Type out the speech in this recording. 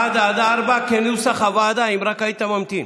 1 4, כנוסח הוועדה, אם רק היית ממתין.